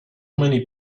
many